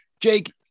jake